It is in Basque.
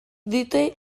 dute